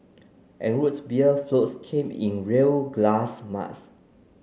and Root Beer floats came in real glass mugs